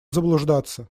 заблуждаться